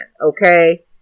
okay